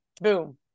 boom